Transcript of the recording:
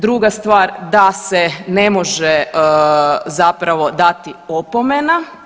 Druga stvar, da se ne može zapravo dati opomena.